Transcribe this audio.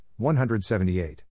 178